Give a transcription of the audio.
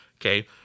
okay